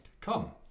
Come